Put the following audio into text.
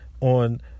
on